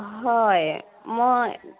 হয় মই